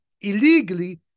illegally